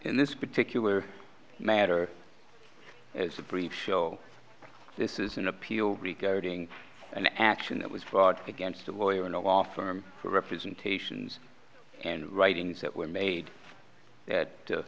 in this particular matter as a brief show this is an appeal regarding an action that was fought against a lawyer and a law firm for representations and writings that were made t